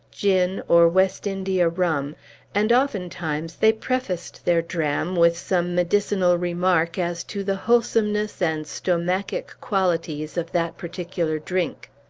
gin, or west india rum and, oftentimes, they prefaced their dram with some medicinal remark as to the wholesomeness and stomachic qualities of that particular drink.